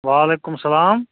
وعلیکُم سلام